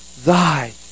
Thy